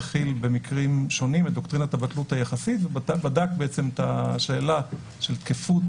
במקרים שונים את דוקטרינת הבטלות היחסית ובדק את השאלה של תקפות